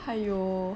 !aiyo!